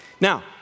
Now